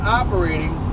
operating